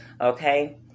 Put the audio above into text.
Okay